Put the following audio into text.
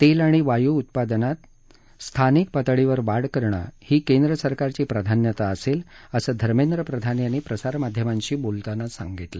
तेल आणि वायू उत्पादनात स्थानिक पातळीवर वाढ करणं ही केंद्र सरकारची प्राधान्यता असेल असं धर्मेंद्र प्रधान यांनी प्रसार माध्यमांशी बोलताना सांगितलं